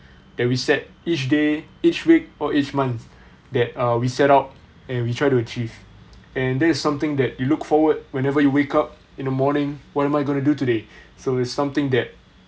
that we set each day each week or each month that uh we set up and we try to achieve and that is something that you look forward whenever you wake up in the morning what am I going to do today so it's something that